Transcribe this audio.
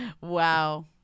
wow